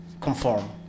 conform